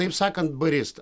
taip sakant barista